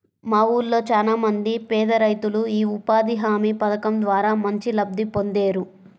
మా ఊళ్ళో చానా మంది పేదరైతులు యీ ఉపాధి హామీ పథకం ద్వారా మంచి లబ్ధి పొందేరు